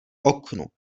oknu